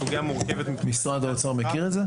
סוגיה מורכבת מבחינת --- משרד האוצר מכיר את זה?